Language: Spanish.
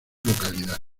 localidad